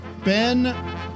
Ben